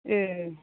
ए